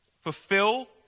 fulfill